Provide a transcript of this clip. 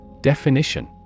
Definition